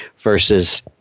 versus